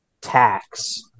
tax